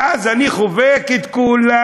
ואז אני חובק את כולם.